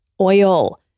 oil